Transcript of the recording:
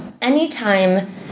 anytime